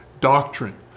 doctrine